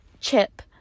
chip